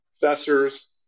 professors